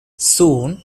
soon